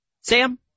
Sam